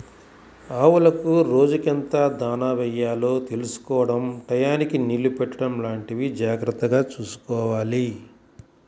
ఆవులకు రోజుకెంత దాణా యెయ్యాలో తెలుసుకోడం టైయ్యానికి నీళ్ళు పెట్టడం లాంటివి జాగర్తగా చూసుకోవాలి